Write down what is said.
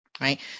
right